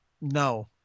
no